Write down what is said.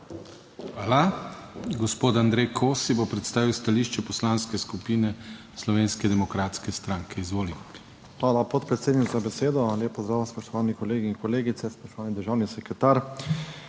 Hvala. Gospod Andrej Kosi bo predstavil stališče Poslanske skupine Slovenske demokratske stranke. Izvoli. ANDREJ KOSI (PS SDS): Hvala, podpredsednik, za besedo. Lep pozdrav, spoštovani kolegi in kolegice, spoštovani državni sekretar!